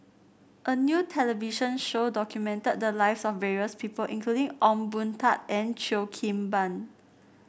a new television show documented the lives of various people including Ong Boon Tat and Cheo Kim Ban